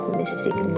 mystic